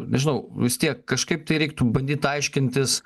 nežinau vis tiek kažkaip tai reiktų bandyt aiškintis